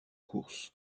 course